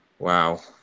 Wow